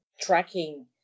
tracking